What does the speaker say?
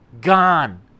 Gone